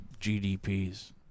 GDPs